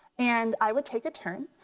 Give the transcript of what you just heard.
and i would take a turn.